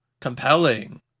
compelling